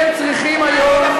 לא נכון.